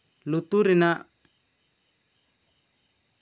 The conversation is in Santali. ᱞᱩᱛᱩᱨ ᱨᱮᱱᱟᱜ